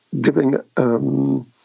giving –